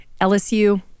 LSU